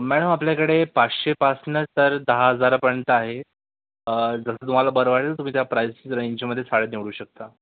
madam आपल्याकडे पाचशे पासनं तर दहा हजारापर्यंत आहे जसं तुम्हाला बरं वाटेल तुम्ही त्या प्राइस रेंजच्यामध्ये साड्या निवडू शकता